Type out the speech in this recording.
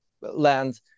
land